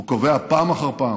הוא קובע פעם אחר פעם